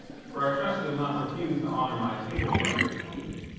for i trust ye'll not refuse to honour my table by your company.